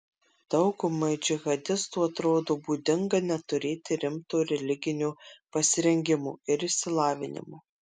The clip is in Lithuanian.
daugumai džihadistų atrodo būdinga neturėti rimto religinio pasirengimo ir išsilavinimo